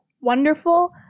wonderful